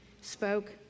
spoke